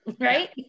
Right